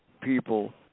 people